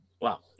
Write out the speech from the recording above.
Wow